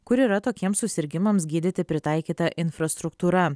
kur yra tokiems susirgimams gydyti pritaikyta infrastruktūra